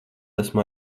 esmu